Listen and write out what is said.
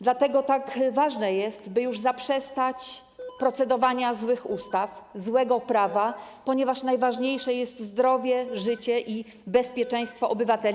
Dlatego tak ważne jest, by już zaprzestać procedowania złych ustaw, złego prawa, ponieważ najważniejsze jest zdrowie, życie i bezpieczeństwo obywateli.